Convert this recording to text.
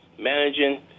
managing